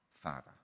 Father